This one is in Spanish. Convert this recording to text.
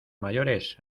mayores